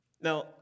Now